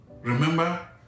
Remember